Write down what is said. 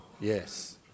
Yes